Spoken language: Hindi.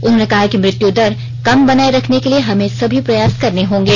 उन्होंने कहा कि मृत्युदर कम बनाये रखने के लिए हमें सभी प्रयास करने होंगे